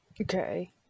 Okay